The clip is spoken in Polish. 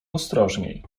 ostrożniej